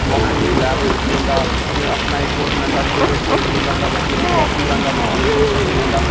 boxing बिच लेंदा अपने इक कोट बनादा सबेरे छे बजे बुलांदा बच्चें गी उ'नें ई बाॅक्सिंग करांदा फ्ही शामी दूआ शैसन लैंदा